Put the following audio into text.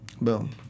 Boom